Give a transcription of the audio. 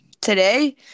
Today